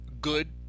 good